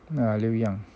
ya 六样